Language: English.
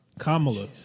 Kamala